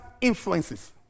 influences